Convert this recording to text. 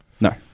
No